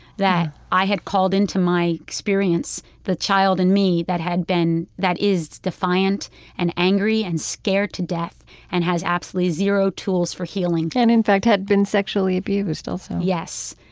that i called into my experience the child in me that had been, that is, defiant and angry and scared to death and has absolutely zero tools for healing and, in fact, had been sexually abused also yes.